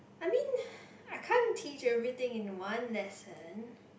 I mean I can't teach everything in one lesson